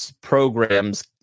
programs